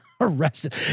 arrested